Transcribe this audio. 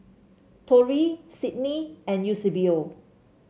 Torey Cydney and Eusebio